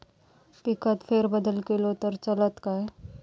पिकात फेरबदल केलो तर चालत काय?